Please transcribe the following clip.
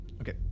okay